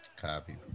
Copy